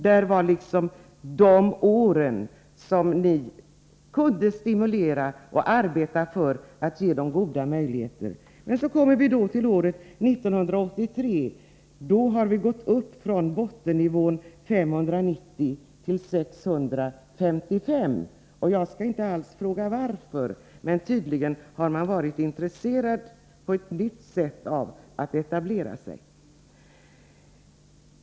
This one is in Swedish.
Detta var alltså de år då ni kunde arbeta för att ge privatläkarna goda möjligheter. Sedan kommer vi fram till 1983. Då stiger antalet från bottennivån 590 till 655 — jag skall inte alls fråga varför. Men tydligen har man på nytt blivit intresserad av att etablera sig.